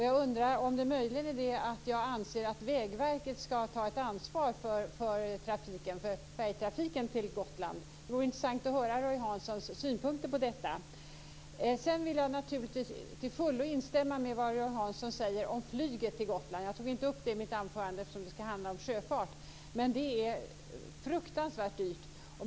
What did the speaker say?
Jag undrar om det möjligen är det att jag anser att Vägverket ska ta ett ansvar för färjetrafiken till Gotland. Det vore intressant att höra Roy Hanssons synpunkter på detta. Sedan vill jag naturligtvis till fullo instämma i vad Roy Hansson säger om flyget till Gotland. Jag tog inte upp det i mitt anförande eftersom det ska handla om sjöfart, men det är fruktansvärt dyrt.